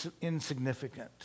Insignificant